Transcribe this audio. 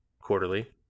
Quarterly